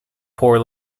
poor